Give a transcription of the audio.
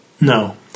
No